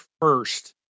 first